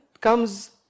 comes